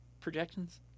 projections